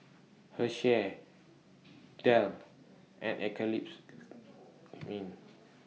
Hersheys Dell and Eclipse Mints